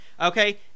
Okay